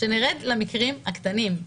שנרד למקרים הקטנים.